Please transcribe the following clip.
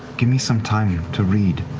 give me some time to read.